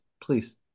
please